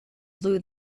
blew